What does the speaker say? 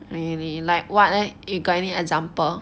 I mean like what leh you got any example